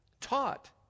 Taught